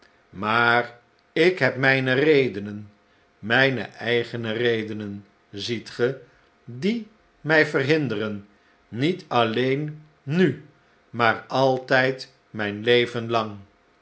maar ik heb mijne redenen mijne eigene redenen ziet ge die mij verhinderen niet alleen nu maar altijd altijd mijn leven lang